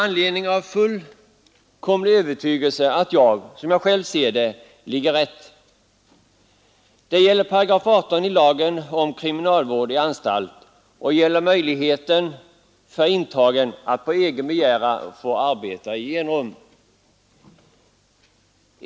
Jag är här övertygad om att jag intagit en riktig ståndpunkt. Det gäller 18 § i lagen om kriminalvård i anstalt, som behandlar möjligheten för intagen att på egen begäran få arbeta i enrum.